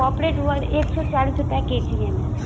पॉपलेट हुआ एक सौ चालीस रुपये केजी है मैम